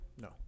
No